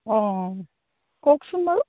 অঁ কওকচোন বাৰু